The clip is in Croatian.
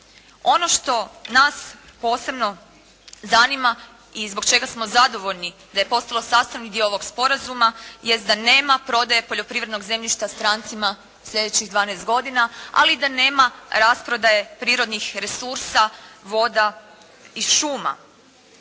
Ono što nas posebno zanima i zbog čega smo zadovoljni da je postalo sastavni dio ovog sporazuma jest da nema prodaje poljoprivrednog zemljišta strancima slijedećih 12 godina, ali i da nema rasprodaje prirodnih resursa, voda i šuma.